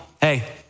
hey